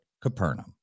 Capernaum